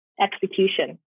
execution